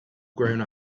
grown